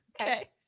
Okay